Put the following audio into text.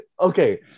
Okay